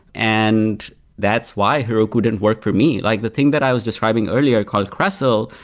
and that's why heroku didn't work for me. like the thing that i was describing earlier called kressel,